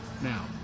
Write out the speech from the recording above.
now